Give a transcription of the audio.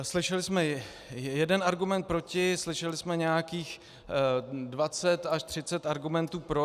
Slyšeli jsme jeden argument proti, slyšeli jsme nějakých 20 až 30 argumentů pro.